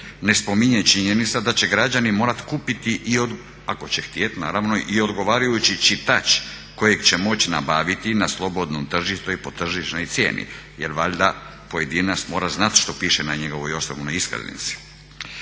ne spominje činjenica da će građani morat kupiti, ako će htjet naravno, i odgovarajući čitač kojeg će moći nabaviti na slobodnom tržištu i po tržišnoj cijeni jer valjda pojedinac mora znat što piše na njegovoj osobnoj iskaznici.